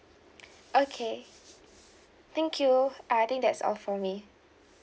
okay thank you uh I think that's all for me